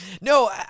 No